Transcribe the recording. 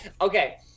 okay